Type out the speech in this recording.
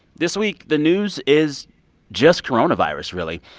this week, the news is just coronavirus, really.